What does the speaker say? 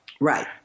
Right